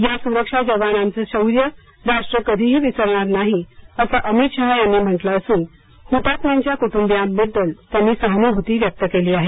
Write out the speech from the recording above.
या सुरक्षा जवानांचं शौर्य राष्ट्र कधीही विसरणार नाही असं अमित शहा यांनी म्हटलं असून हुतात्म्यांच्या कुटुंबियांबद्दल सहानुभूती व्यक्त केली आहे